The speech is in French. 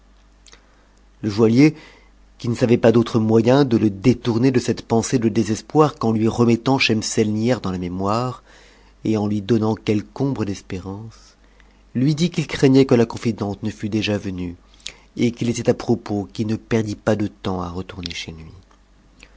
le joaillier qui ne savait pas d'autre moyen de le détourner de cette pensée de désespoir qu'en lui remettant schemselnihar dans la mémoire et en lui donnant quelque ombre d'espérance lui dit qu'il craignait que la confidente ne lût déjà venue et qu'il était à propos qu'il ne perdît pas de temps à retourner chez lui